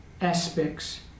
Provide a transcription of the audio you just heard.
aspects